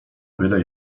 byle